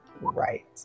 Right